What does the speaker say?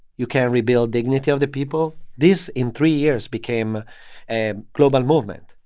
you can rebuild dignity of the people. this, in three years, became a global movement.